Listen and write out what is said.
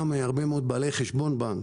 גם הרבה מאוד בעלי חשבון בנק